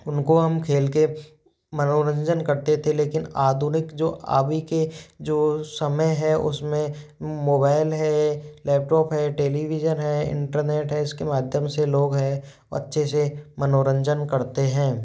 उनको हम खेल कर मनोरंजन करते थे लेकिन आधुनिक जो अभी के जो समय है उसमें मोबाइल है लैपटॉप है टेलीविजन है इंटरनेट है इसके माध्यम से लोग है अच्छे से मनोरंजन करते हैं